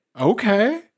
okay